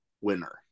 winner